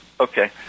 okay